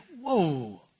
Whoa